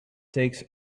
takes